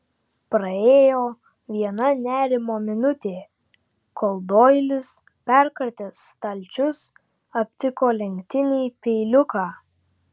praėjo viena nerimo minutė kol doilis perkratęs stalčius aptiko lenktinį peiliuką